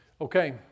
Okay